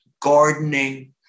gardening